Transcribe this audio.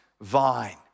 vine